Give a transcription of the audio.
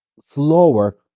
slower